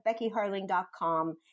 BeckyHarling.com